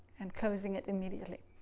and closing it immediately.